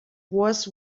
was